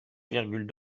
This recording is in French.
virgule